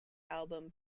album